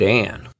Dan